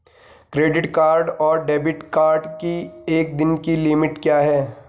Credit card और debit card की एक दिन की लिमिट क्या है?